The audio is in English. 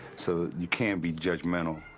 so you can't be judgmental.